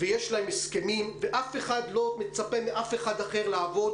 יש להם הסכמים ואף אחד לא מצפה מאף אחר לעבוד